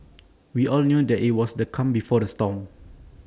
we all knew that IT was the calm before the storm